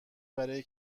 برای